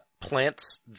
plants